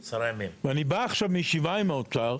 ואני בא עכשיו מישיבה עם האוצר,